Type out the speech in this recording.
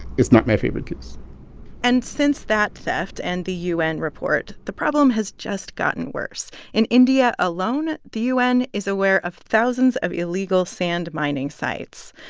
it's not my favorite case and since that theft and the u n. report, the problem has just gotten worse. in india alone, the u n. is aware of thousands of illegal sand mining sites.